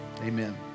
amen